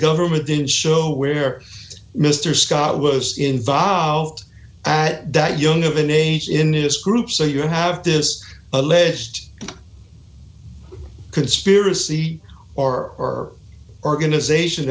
government didn't show where mr scott was involved at that young of an ace in this group so you have this alleged conspiracy or organization